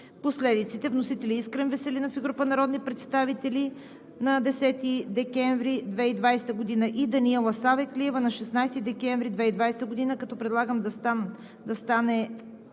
последиците. Вносители са: Искрен Веселинов и група народни представители на 10 декември 2020 г. и Даниела Савеклиева на 16 декември 2020 г. Предлагам да стане